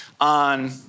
on